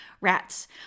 rats